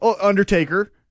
Undertaker